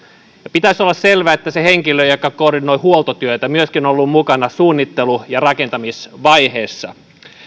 pitäisi olla selvää että se henkilö joka koordinoi huoltotyötä on myöskin ollut mukana suunnittelu ja rakentamisvaiheessa